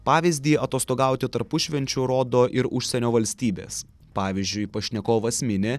pavyzdį atostogauti tarpušvenčiu rodo ir užsienio valstybės pavyzdžiui pašnekovas mini